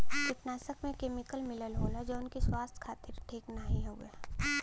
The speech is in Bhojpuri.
कीटनाशक में केमिकल मिलल होला जौन की स्वास्थ्य खातिर ठीक नाहीं हउवे